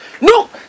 no